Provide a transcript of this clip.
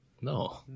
No